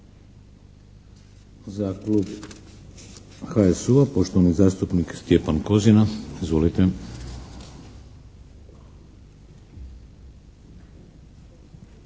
Za Klub HSU-a, poštovani zastupnik Stjepan Kozina. Izvolite.